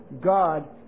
God